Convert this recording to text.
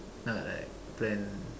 ah like plan